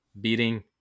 beating